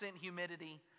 humidity